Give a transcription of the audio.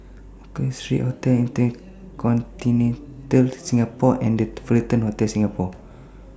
Street Hotel InterContinental Singapore and The Fullerton Hotel Singapore